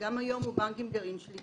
גם היום הבנק הוא בנק עם גרעין שליטה.